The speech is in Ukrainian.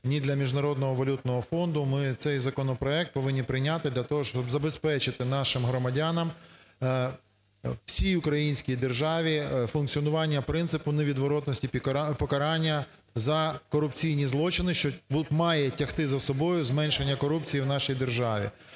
ні для Міжнародного валютного фонду. Ми цей законопроект повинні прийняти для того, щоб забезпечити нашим громадянам, всій українській державі функціонування принципу невідворотності покарання за корупційні злочини, що має тягти за собою зменшення корупції в нашій державі.